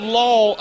law